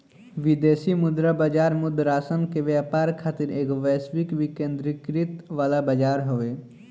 विदेशी मुद्रा बाजार मुद्रासन के व्यापार खातिर एगो वैश्विक विकेंद्रीकृत वाला बजार हवे